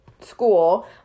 school